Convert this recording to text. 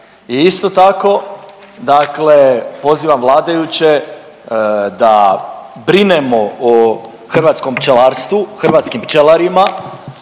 I isto tako dakle pozivam vladajuće da brinemo o hrvatskom pčelarstvu, hrvatskim pčelarima